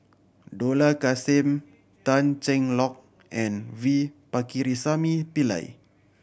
Dollah Kassim Tan Cheng Lock and V Pakirisamy Pillai